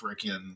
freaking